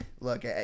Look